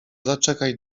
zaczekaj